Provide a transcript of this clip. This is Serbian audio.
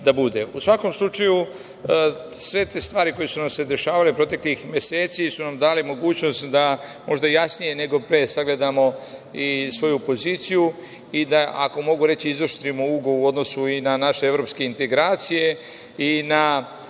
svakom slučaju, sve te stvari koje su nam se dešavale proteklih meseci su nam dale mogućnost da možda jasnije nego pre sagledamo i svoju poziciju i da, ako mogu reći, izoštrimo ugao u odnosu i na naše evropske integracije i na